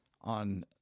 on